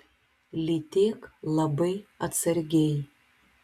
lytėk labai atsargiai